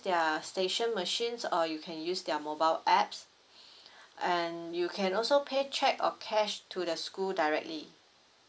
their station machines or you can use their mobile apps and you can also pay cheque or cash to the school directly